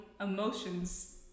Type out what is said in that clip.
emotions